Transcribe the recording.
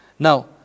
Now